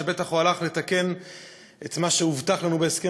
שבטח הוא הלך לתקן את מה שהובטח לנו בהסכם